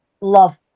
love